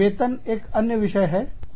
वेतन एक अन्य विषय है